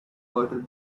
water